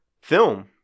film